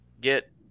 get